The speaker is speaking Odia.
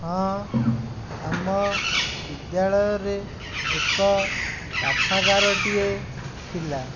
ହଁ ଆମ ବିଦ୍ୟାଳୟରେ ଏକ ପାଠାଗାରଟିଏ ଥିଲା